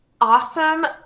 awesome